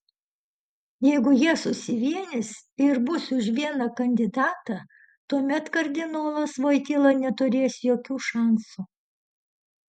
jeigu jie susivienys ir bus už vieną kandidatą tuomet kardinolas voityla neturės jokių šansų